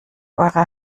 eure